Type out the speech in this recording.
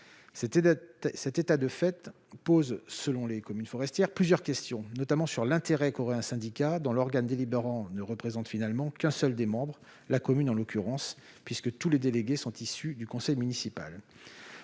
Cet état de fait soulève, selon les communes forestières, plusieurs questions, notamment sur l'intérêt qu'y trouverait un syndicat dont l'organe délibérant ne représente finalement qu'un seul des membres, la commune en l'occurrence, puisque tous les délégués sont issus du conseil municipal.